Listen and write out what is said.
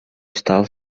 встал